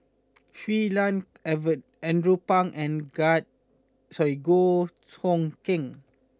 Shui Lan avert Andrew Phang and Goh Hood Keng